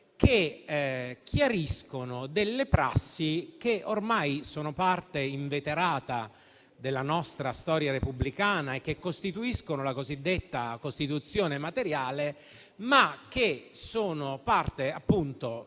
che chiariscono delle prassi che ormai sono parte inveterata della nostra storia repubblicana e costituiscono la cosiddetta Costituzione materiale, ma che sono parte, appunto, di